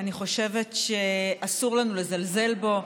אני חושבת שאסור לנו לזלזל בו,